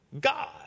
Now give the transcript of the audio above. God